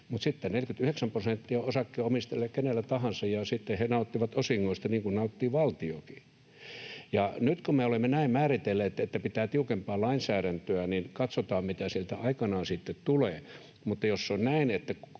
49 prosenttia on osakkeenomistajilla ja kenellä tahansa, ja sitten he nauttivat osingoista, niin kuin nauttii valtiokin. Nyt kun me olemme näin määritelleet, että pitää olla tiukempaa lainsäädäntöä, niin katsotaan, mitä sieltä aikanaan sitten